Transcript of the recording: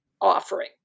offering